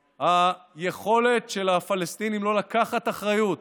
היכולת של הפלסטינים לא לקחת אחריות